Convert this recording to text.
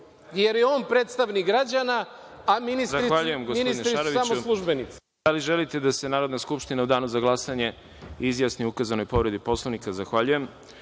jer je on predstavnik građana, a ministri samo službenici.